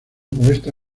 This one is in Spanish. muestra